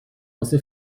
واسه